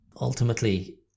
ultimately